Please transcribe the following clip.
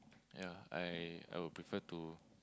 ya I I'll prefer to